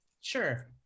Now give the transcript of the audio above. sure